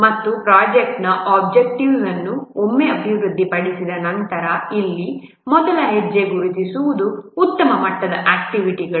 ಮತ್ತು ಪ್ರಾಜೆಕ್ಟ್ನ ಒಬ್ಜೆಕ್ಟಿವ್ಸ್ವನ್ನು ಒಮ್ಮೆ ಅಭಿವೃದ್ಧಿಪಡಿಸಿದ ನಂತರ ಇಲ್ಲಿ ಮೊದಲ ಹೆಜ್ಜೆ ಗುರುತಿಸುವುದು ಉತ್ತಮ ಮಟ್ಟದ ಆಕ್ಟಿವಿಟಿಗಳು